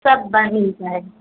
सब बन जाए